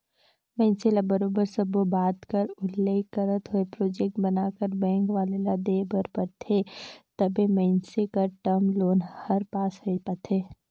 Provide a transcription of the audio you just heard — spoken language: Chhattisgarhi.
मइनसे ल बरोबर सब्बो बात कर उल्लेख करत होय प्रोजेक्ट बनाकर बेंक वाले ल देय बर परथे तबे मइनसे कर टर्म लोन हर पास होए पाथे